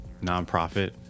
nonprofit